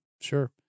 sure